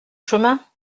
chemin